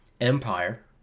Empire